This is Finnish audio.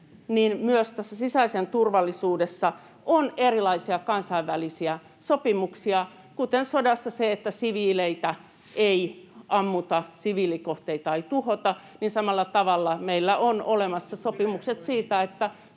myös tässä sisäisessä turvallisuudessa on erilaisia kansainvälisiä sopimuksia. Kuten sodassa se, että siviileitä ei ammuta, siviilikohteita ei tuhota, niin samalla tavalla meillä on olemassa sopimukset siitä, että